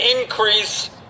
increase